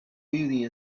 building